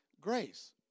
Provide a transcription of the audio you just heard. grace